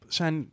zijn